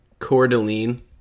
Cordeline